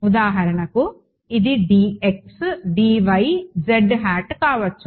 ఉదాహరణకు ఇది dx dy z hat కావచ్చు